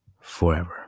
forever